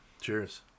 Cheers